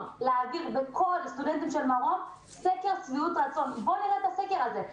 בין כל הסטודנטים של מרום ונראה את הסקר הזה.